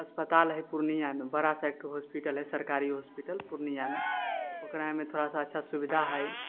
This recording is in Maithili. अस्पतालहै पूर्णियामे बड़ा सा एकठो हॉस्पिटल है सरकारी हॉस्पिटल पूर्णियामे ओकरामे थोड़ासा अच्छा सुविधा है